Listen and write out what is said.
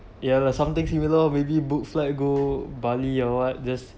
ya lah something similar orh maybe book flight go bali or what